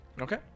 Okay